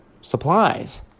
supplies